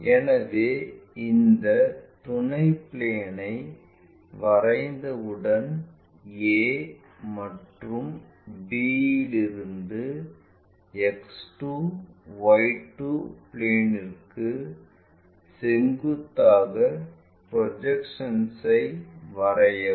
எனவே இந்த துணை பிளேன்ஐ வரைந்த உடன் a மற்றும் b இலிருந்து X 2 Y 2 பிளேன்ற்கு செங்குத்தாக ப்ரொஜெக்ஷன்ஐ வரையவும்